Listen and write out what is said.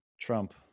Trump